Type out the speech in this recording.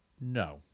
no